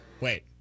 wait